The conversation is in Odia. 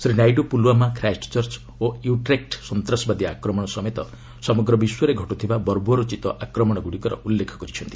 ଶ୍ରୀ ନାଇଡୁ ପୁଲୱାମା ଖ୍ରାଏଷ୍ଟଚର୍ଚ୍ଚ ଓ ୟୁଟ୍ରେକ୍ଟ ସନ୍ତାସବାଦୀ ଆକ୍ରମଣ ସମେତ ସମଗ୍ର ବିଶ୍ୱରେ ଘଟୁଥିବା ବର୍ବରୋଚିତ ଆକ୍ରମଣଗୁଡ଼ିକର ଉଲ୍ଲେଖ କରିଛନ୍ତି